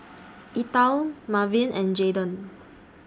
Ethyle Marvin and Jaydon